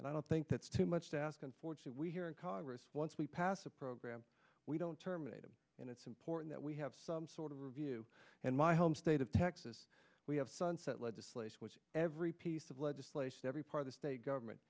and i don't think that's too much to ask and forge that we hear in congress once we pass a program we don't terminated and it's important that we have some sort of review and my home state of texas we have sunset legislation which every piece of legislation every part of the state government